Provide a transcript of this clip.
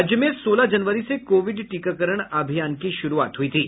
राज्य में सोलह जनवरी से कोविड टीकाकरण अभियान की शुरूआत हुई थी